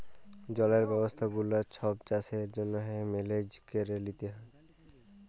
জলের ব্যবস্থা গুলা ছব চাষের জ্যনহে মেলেজ ক্যরে লিতে হ্যয়